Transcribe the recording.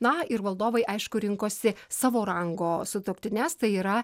na ir valdovai aišku rinkosi savo rango sutuoktines tai yra